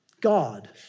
God